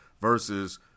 versus